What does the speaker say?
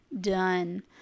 done